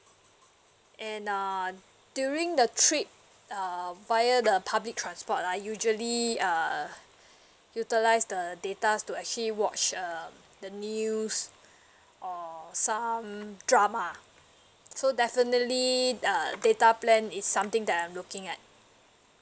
and uh during the trip uh via the public transport ah usually err utilise the datas to actually watch uh the news or some drama so definitely err data plan is something that I'm looking at